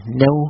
no